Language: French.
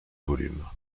volume